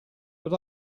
but